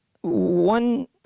one